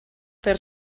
per